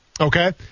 okay